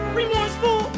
remorseful